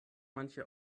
manche